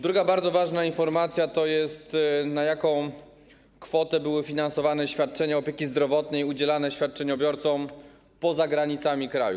Druga bardzo ważna informacja dotyczy tego, na jaką kwotę były finansowane świadczenia opieki zdrowotnej udzielane świadczeniobiorcom poza granicami kraju.